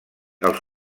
els